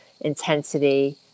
intensity